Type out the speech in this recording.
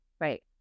right